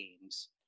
games